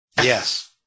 Yes